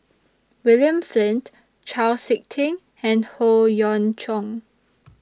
William Flint Chau Sik Ting and Howe Yoon Chong